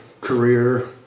career